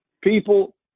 people